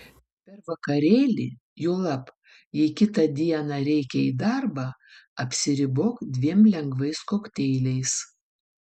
per vakarėlį juolab jei kitą dieną reikia į darbą apsiribok dviem lengvais kokteiliais